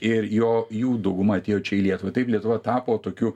ir jo jų dauguma atėjo čia į lietuvą taip lietuva tapo tokiu